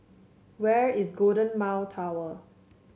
where is Golden Mile Tower